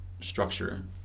structure